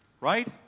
Right